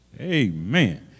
Amen